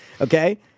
Okay